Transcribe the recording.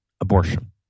abortion